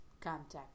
contact